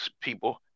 people